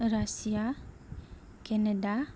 Russia Canada